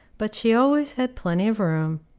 but she always had plenty of room.